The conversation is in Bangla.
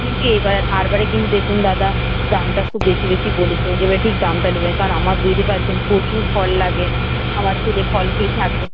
কিন্তু এবার আরবারে কিন্তু দেখুন দাদা দামটা খুব বেশি বেশি বলেছিলেন এবারে ঠিক দামটা নেবেন কারণ আমার বুঝতে পারছেন প্রচুর ফল লাগে আমার ছেলে ফল খেয়েই থাকে